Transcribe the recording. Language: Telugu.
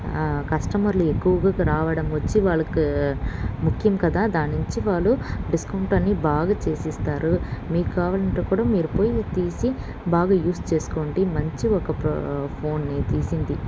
కస్టమర్లు ఎక్కువగా రావడం వచ్చి వాళ్ళకు ముఖ్యం కదా దాన్ నుంచి వాళ్ళు డిస్కౌంట్ అన్నీ బాగా చేసిస్తారు మీకు కావాలంటే కూడా మీరు పోయి తీసి బాగా యూస్ చేసుకోండి మంచి ఒక ఫోన్ని తీసింది